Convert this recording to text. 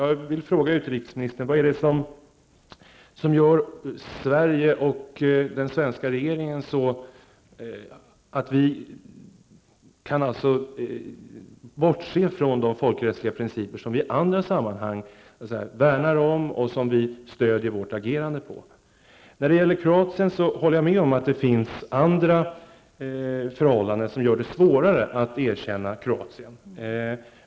Jag vill fråga utrikesministern: Vad är det som gör att Sverige och den svenska regeringen kan bortse från de folkrättsliga principer som vi i andra sammanhang värnar om och stödjer vårt agerande på? När det gäller Kroatien håller jag med om att det där råder andra förhållanden, som gör ett erkännande svårare.